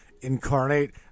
incarnate